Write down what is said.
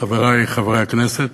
חברי חברי הכנסת,